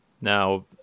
Now